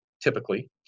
typically